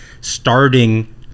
starting